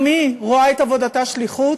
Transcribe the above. גם היא רואה בעבודתה שליחות,